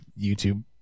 YouTube